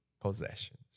possessions